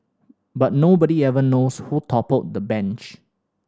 but nobody ever knows who toppled the bench